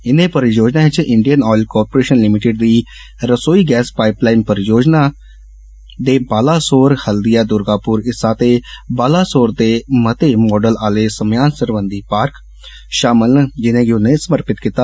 इने परियोजनाएं च इंडियन आयल कारपोरेषन लिमिटेड दी रसोई गैस पाईपलाईन परियोजना दे बालासोर हल्दिया दुर्गापुर हिस्सा ते बालासोर दे मते माडल आले सम्यान सरबंधी पार्क षामल न जिनेंगी उनें समर्पित कीता